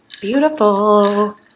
Beautiful